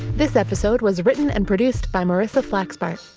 this episode was written and produced by marissa flaxbart.